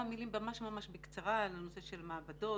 כמה מילים ממש בקצרה על הנושא של מעבדות.